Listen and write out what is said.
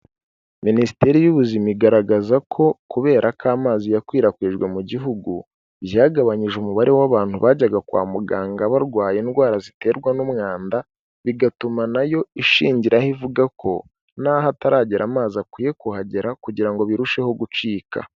Minisiteri y'ubuzima igaragaza ko kubera ko amazi yakwirakwijwe mu gihugu, byagabanyije umubare w'abantu bajyaga kwa muganga barwaye indwara ziterwa n'umwanda, bigatuma nayo ishingiraho ivuga ko n'aho ataragera amazi akwiye kuhagera kugira ngo birusheho gucika.